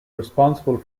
responsible